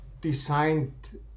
designed